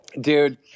Dude